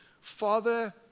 Father